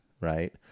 Right